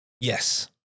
Yes